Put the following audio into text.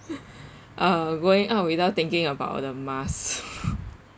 uh going out without thinking about the mask